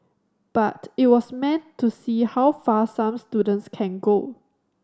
but it was meant to see how far some students can go